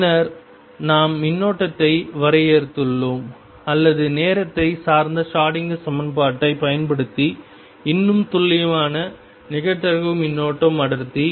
பின்னர் நாம் மின்னோட்டத்தை வரையறுத்துள்ளோம் அல்லது நேரத்தை சார்ந்த ஷ்ரோடிங்கர் சமன்பாட்டைப் பயன்படுத்தி இன்னும் துல்லியமான நிகழ்தகவு மின்னோட்டம் அடர்த்தி